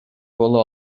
боло